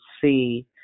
see